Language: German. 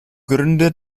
gründer